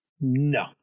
No